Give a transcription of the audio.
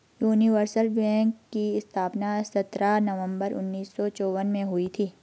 universal bank की स्थापना सत्रह नवंबर उन्नीस सौ चौवन में हुई थी